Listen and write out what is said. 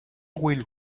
will